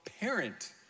parent